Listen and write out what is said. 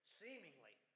seemingly